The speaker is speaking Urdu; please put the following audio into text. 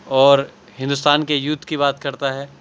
اور ہندوستان کے یوتھ کی بات کرتا ہے